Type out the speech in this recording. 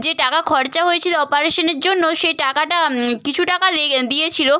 যে টাকা খরচা হয়েছিল অপারেশনের জন্য সে টাকাটা কিছু টাকা লেগে দিয়েছিল